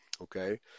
Okay